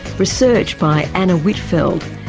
research by anna whitfeld,